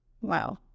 Wow